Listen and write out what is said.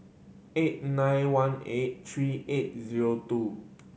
eight nine one eight three eight zero two